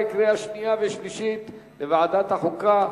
2010, לוועדת החוקה,